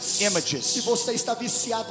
images